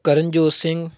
Karanjot Singh